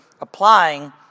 applying